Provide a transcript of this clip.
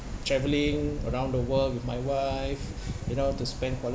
travelling around the world with my wife you know to spend quality